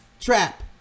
trap